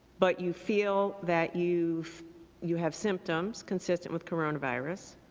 but you feel that you've you have symptoms consistent with coronavirus,